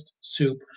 soup